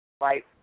Right